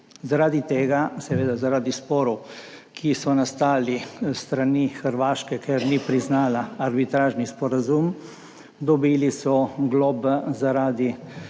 Zaradi tega seveda, zaradi sporov, ki so nastali s strani Hrvaške, ker ni priznala Arbitražnega sporazuma, so dobili globe za